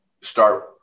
start